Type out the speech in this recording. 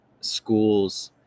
schools